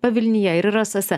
pavilnyje ir rasose